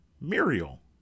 Muriel